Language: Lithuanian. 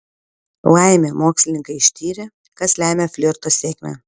laimė mokslininkai ištyrė kas lemia flirto sėkmę